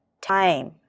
time